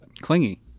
clingy